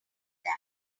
them